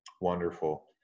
Wonderful